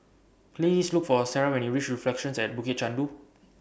Please Look For Sarrah when YOU REACH Reflections At Bukit Chandu